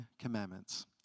commandments